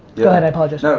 yeah ahead, i apologize. no,